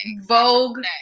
vogue